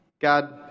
God